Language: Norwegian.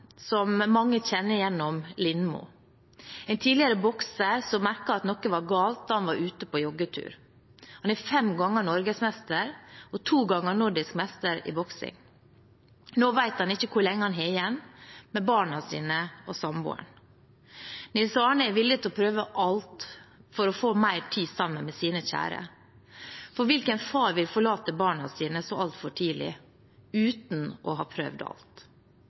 som mange kjenner gjennom Lindmo – en tidligere bokser som merket at noe var galt da han var ute på joggetur. Han er fem ganger norgesmester og to ganger nordisk mester i boksing. Nå vet han ikke hvor lenge han har igjen med barna sine og samboeren. Nils Arne er villig til å prøve alt for å få mer tid sammen med sine kjære. For hvilken far vil forlate barna sine så altfor tidlig uten å ha prøvd alt?